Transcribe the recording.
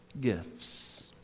gifts